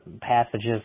passages